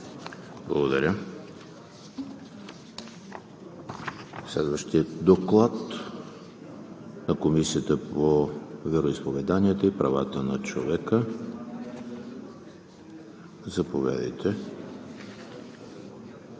Благодаря. Следващият Доклад е на Комисията по вероизповеданията и правата на човека – заповядайте,